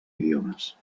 idiomes